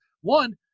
one